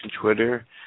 Twitter